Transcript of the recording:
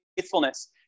faithfulness